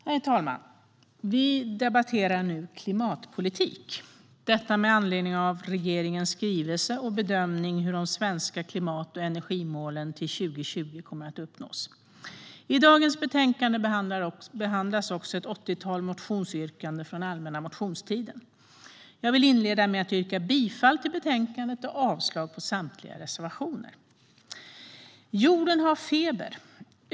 Herr talman! Vi debatterar nu klimatpolitik, med anledning av regeringens skrivelse och bedömning av hur de svenska klimat och energimålen till 2020 kommer att uppnås. I detta betänkande behandlas också ett åttiotal motionsyrkanden från allmänna motionstiden. Jag vill inleda med att yrka bifall till förslaget i betänkandet och avslag på samtliga reservationer. Jorden har feber.